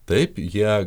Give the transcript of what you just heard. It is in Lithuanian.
taip jie